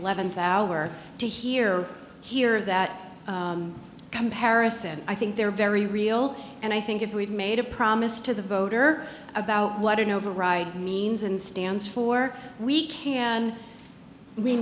eleventh hour to hear here that comparison i think they're very real and i think if we've made a promise to the voter about what an override means and stands for we can we